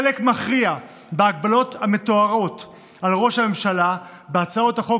חלק מכריע בהגבלות המתוארות על ראש הממשלה בהצעות החוק